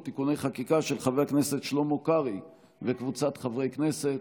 (תיקוני חקיקה) של חבר הכנסת שלמה קרעי וקבוצת חברי הכנסת.